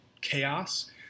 chaos